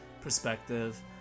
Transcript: perspective